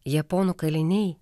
japonų kaliniai